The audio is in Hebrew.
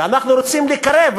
ואנחנו רוצים לקרב,